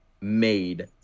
made